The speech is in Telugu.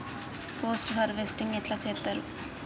పోస్ట్ హార్వెస్టింగ్ ఎట్ల చేత్తరు?